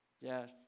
Yes